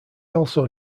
also